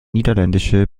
niederländische